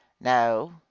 no